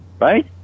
right